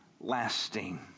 Lasting